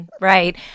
Right